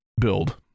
build